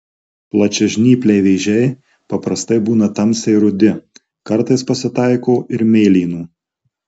plačiažnypliai vėžiai paprastai būna tamsiai rudi kartais pasitaiko ir mėlynų